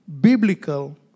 biblical